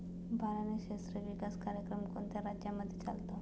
बारानी क्षेत्र विकास कार्यक्रम कोणत्या राज्यांमध्ये चालतो?